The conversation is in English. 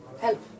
help